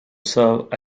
serve